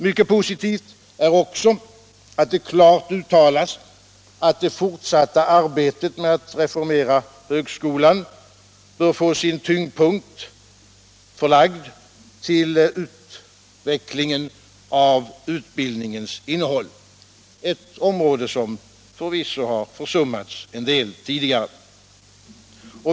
Mycket positivt är också att det klart uttalas att det fortsatta arbetet med att reformera högskolan bör få sin tyngdpunkt förlagd till utvecklingen av utbildningens innehåll — ett område som förvisso har försummats en del tidigare.